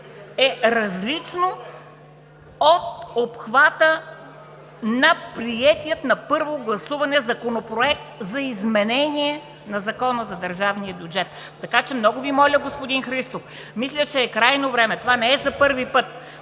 Стойнев) от обхвата на приетия на първо гласуване Законопроект за изменение на Закона за държавния бюджет. Много Ви моля, господин Христов, мисля, че е крайно време – това не е за първи път,